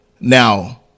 Now